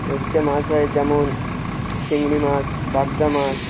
নদীতে মাছ হয় যেমন চিংড়ি মাছ বাগদা মাছ